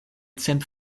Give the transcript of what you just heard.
cent